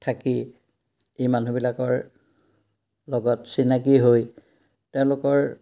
থাকি ই মানুহবিলাকৰ লগত চিনাকি হৈ তেওঁলোকৰ